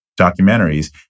documentaries